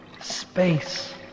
space